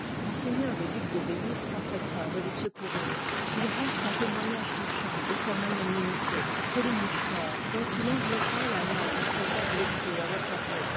m le duc de berry s'empressa de les secourir il reste un témoignage touchant de sa magnanimité c'est le mouchoir dont il enveloppa la main d'un soldat blessé à waterloo